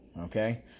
okay